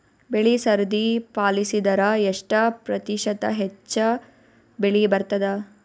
ಬೆಳಿ ಸರದಿ ಪಾಲಸಿದರ ಎಷ್ಟ ಪ್ರತಿಶತ ಹೆಚ್ಚ ಬೆಳಿ ಬರತದ?